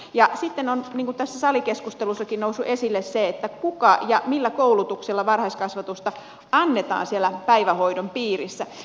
ja sitten on niin kuin tässä salikeskustelussakin noussut esille se kuka antaa ja millä koulutuksella annetaan varhaiskasvatusta siellä päivähoidon piirissä